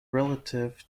relative